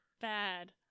Bad